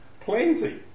Plenty